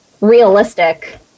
realistic